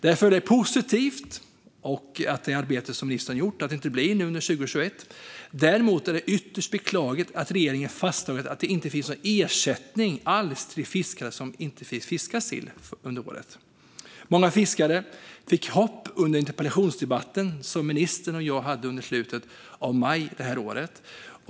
Därför är det arbete som riksdagen har gjort positivt, att det inte blir ett sillstopp 2021. Däremot är det ytterst beklagligt att regeringen fastslagit att det inte finns någon ersättning alls till fiskare som inte fick fiska sill under året. Många fiskare fick hopp under den interpellationsdebatt som ministern och jag hade i slutet av maj i år.